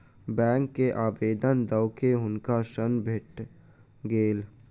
bank के आवेदन दअ के हुनका ऋण भेट गेल